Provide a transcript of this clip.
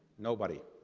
nobody.